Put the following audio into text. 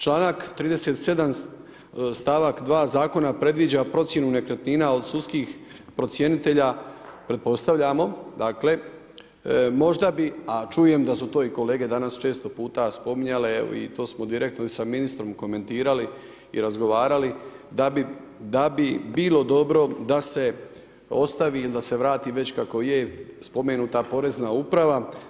Članak 37. stavak 2. zakona predviđa procjenu nekretnina od sudskih procjenitelja, pretpostavljamo dakle, možda bi, a čujem da su to i kolege danas često puta spominjale i to smo direktno sa ministrom komentirali i razgovarali, da bi bilo dobro da se ostavi ili da se vrati već kako je spomenuta porezna uprava.